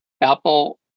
Apple